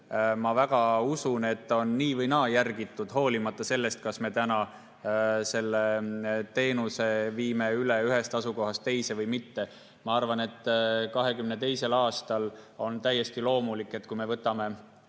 ma väga usun – nii või naa järgitud, hoolimata sellest, kas me viime selle teenuse ühest asukohast teise või mitte. Ma arvan, et 2022. aastal on täiesti loomulik, et kui me võtame